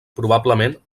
probablement